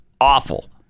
Awful